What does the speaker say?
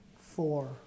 four